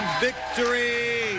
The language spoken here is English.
Victory